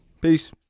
Peace